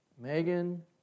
Megan